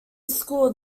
school